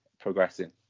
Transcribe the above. progressing